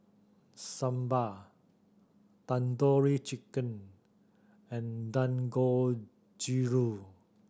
Sambar Tandoori Chicken and Dangojiru